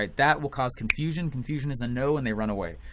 ah that will cause confusion. confusion is a no and they run away.